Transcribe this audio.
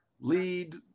lead